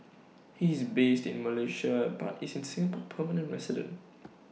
he is based in Malaysia but is A Singapore permanent resident